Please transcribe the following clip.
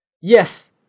Yes